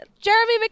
Jeremy